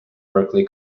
berklee